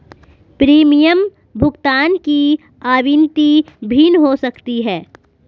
premium भुगतान की आवृत्ति भिन्न हो सकती है